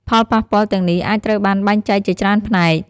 ផលប៉ះពាល់ទាំងនេះអាចត្រូវបានបែងចែកជាច្រើនផ្នែក៖